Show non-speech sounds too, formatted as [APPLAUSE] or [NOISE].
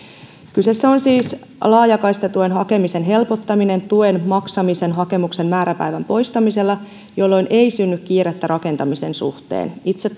kyseessä on siis laajakaistatuen hakemisen helpottaminen tuen maksamista koskevan hakemuksen määräpäivän poistamisella jolloin ei synny kiirettä rakentamisen suhteen itse [UNINTELLIGIBLE]